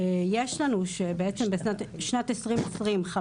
יש לנו שבעצם בשנת 2020,